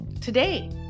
Today